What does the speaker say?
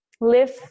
live